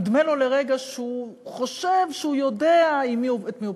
וכשהוא פוגש אותה נדמה לו לרגע שהוא חושב שהוא יודע את מי הוא פוגש.